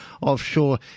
offshore